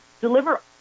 deliver